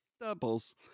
Doubles